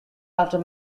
after